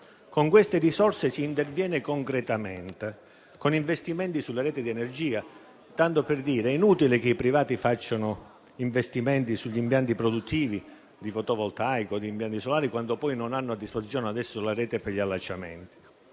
Con queste risorse si interviene concretamente con investimenti sulla rete di energia. È inutile che i privati facciano investimenti sugli impianti produttivi di fotovoltaico, di impianti solari, quando non hanno a disposizione la rete per gli allacciamenti.